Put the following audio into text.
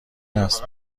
است